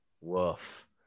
Woof